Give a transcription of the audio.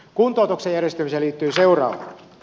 kuntoutuksen järjestämiseen liittyy seuraavaa